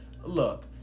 Look